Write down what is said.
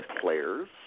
players